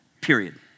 period